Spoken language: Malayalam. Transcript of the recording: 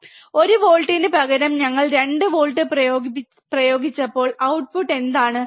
1 വോൾട്ടിന്റെ പകരം ഞങ്ങൾ 2 വോൾട്ട് പ്രയോഗിച്ചപ്പോൾ ഔട്ട്പുട്ട് എന്താണ്